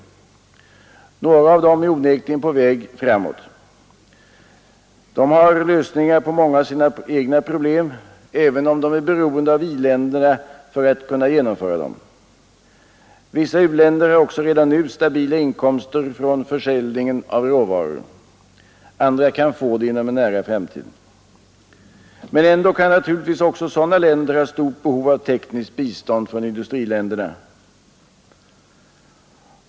Några av dem är onekligen på marsch framåt. De har lösningar på många av sina egna problem, även om de är beroende av i-länderna för att genomföra dessa lösningar. Vissa u-länder har också redan nu stabila inkomster från försäljningen av råvaror. Andra kan inom en nära framtid få det. Men ändå kan naturligtvis också sådana länder ha stort behov av tekniskt bistånd från industriländerna.